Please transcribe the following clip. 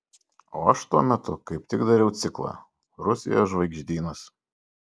o aš tuo metu kaip tik dariau ciklą rusijos žvaigždynas